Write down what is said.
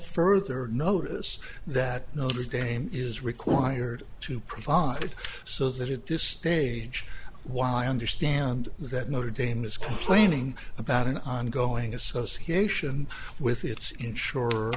further notice that notre dame is required to provide it so that at this stage while i understand that notre dame is complaining about an ongoing association with its in